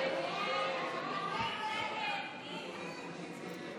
הסתייגות 29 לחלופין ב'